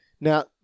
Now